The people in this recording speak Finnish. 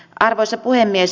arvoisa puhemies